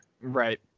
right